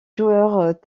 joueurs